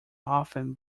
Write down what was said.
often